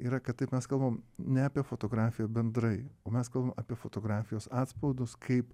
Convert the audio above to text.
yra kad taip mes kalbam ne apie fotografiją bendrai o mes kalbam apie fotografijos atspaudus kaip